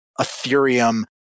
Ethereum